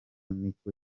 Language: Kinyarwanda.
niko